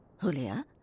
Julia